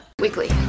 Weekly